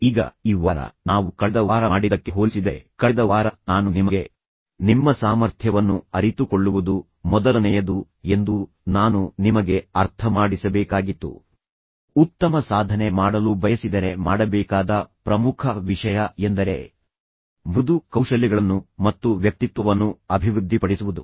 ಈಗ ಈ ವಾರ ನಾವು ಕಳೆದ ವಾರ ಮಾಡಿದ್ದಕ್ಕೆ ಹೋಲಿಸಿದರೆ ಕಳೆದ ವಾರ ನಾನು ನಿಮಗೆ ನಿಮ್ಮ ಸಾಮರ್ಥ್ಯವನ್ನು ಅರಿತುಕೊಳ್ಳುವುದು ಮೊದಲನೆಯದು ಎಂದು ನಾನು ನಿಮಗೆ ಅರ್ಥಮಾಡಿಸಬೇಕಾಗಿತ್ತು ನೀವು ಉತ್ತಮ ಸಾಧನೆ ಮಾಡಲು ಬಯಸಿದರೆ ನೀವು ಮಾಡಬೇಕಾದ ಪ್ರಮುಖ ವಿಷಯ ಎಂದರೆ ನಿಮ್ಮ ಸಾಮರ್ಥ್ಯವನ್ನು ಒಟ್ಟಾರೆ ಸಮಗ್ರ ಅರ್ಥದಲ್ಲಿ ಮೃದು ಕೌಶಲ್ಯಗಳನ್ನು ಮತ್ತು ವ್ಯಕ್ತಿತ್ವವನ್ನು ಅಭಿವೃದ್ಧಿಪಡಿಸುವುದು